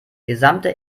gesamte